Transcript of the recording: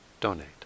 donate